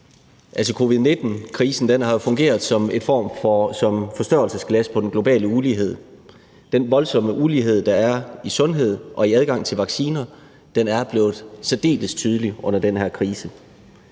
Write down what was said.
Covid-19-krisen har fungeret som en form for forstørrelsesglas på den globale ulighed. Den voldsomme ulighed, der er i sundhed og i adgang til vacciner, er blevet særdeles tydelig under den her krise.